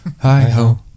hi-ho